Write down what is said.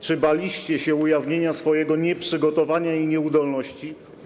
Czy baliście się ujawnienia swojego nieprzygotowania i nieudolności?